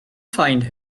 find